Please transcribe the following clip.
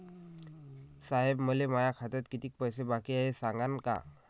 साहेब, मले माया खात्यात कितीक पैसे बाकी हाय, ते सांगान का?